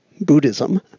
Buddhism